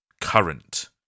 current